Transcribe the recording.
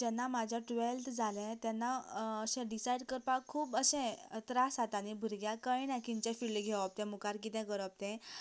जेन्ना म्हजें टुवेल्थ जालें तेन्ना अशें डिसायड करपाक खूब अशे त्रास जाताले भुरग्यांक कळना खंयचें फिल्ड घेवप तें मुखार कितें करप तें